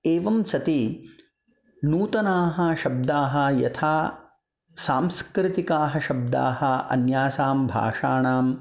एवं सति नूतनाः शब्दाः यथा सांस्कृतिकाः शब्दाः अन्यासां भाषाणां